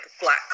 black